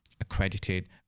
accredited